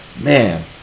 Man